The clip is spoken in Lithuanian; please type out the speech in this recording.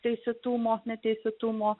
teisėtumo neteisėtumo